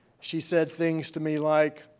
she said things to me like,